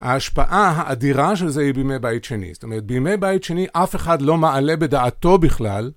ההשפעה האדירה של זה היא בימי בית שני. זאת אומרת, בימי בית שני אף אחד לא מעלה בדעתו בכלל.